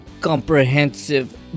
comprehensive